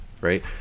right